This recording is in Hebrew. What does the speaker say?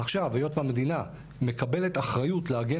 עכשיו היות והמדינה מקבלת אחריות להגן